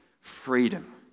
freedom